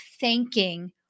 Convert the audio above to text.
thanking